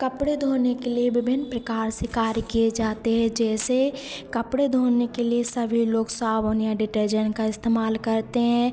कपड़े धोने के लिए विभिन्न प्रकार से कार्य किए जाते हैं जैसे कपड़े धोने के लिए सभी लोग साबुन या डिटर्जेन्ट का इस्तेमाल करते हैं